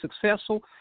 successful